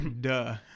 duh